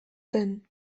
zen